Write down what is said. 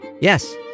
Yes